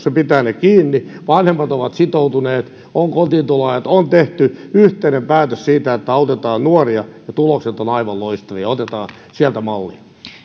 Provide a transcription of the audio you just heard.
ja se pitää ne kiinni vanhemmat ovat sitoutuneet on kotiintuloajat on tehty yhteinen päätös siitä että autetaan nuoria ja tulokset ovat aivan loistavia otetaan sieltä mallia